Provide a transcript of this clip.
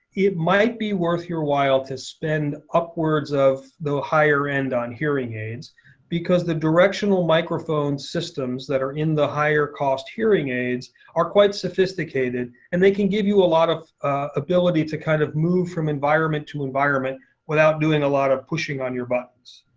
it might be worth your while to spend upwards of the higher end on hearing aids because the directional microphone systems that are in the higher cost hearing aids are quite sophisticated and they can give you a lot of ability to kind of movie from environment to environment without doing a lot of pushing on your buttons.